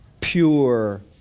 pure